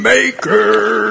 Maker